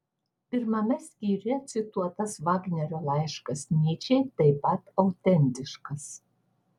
pirmame skyriuje cituotas vagnerio laiškas nyčei taip pat autentiškas